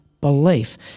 belief